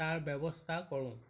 তাৰ ব্যৱস্থা কৰোঁ